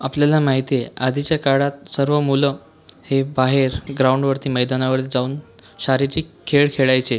आपल्याला माहिती आहे आधीच्या काळात सर्व मुलं हे बाहेर ग्राउंडवरती मैदानावर जाऊन शारीरिक खेळ खेळायचे